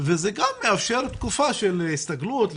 וזה גם מאפשר תקופה של הסתגלות,